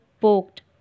poked